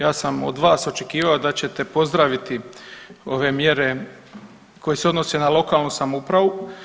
Ja sam od vas očekivao da ćete pozdraviti ove mjere koje se odnose na lokalnu samoupravu.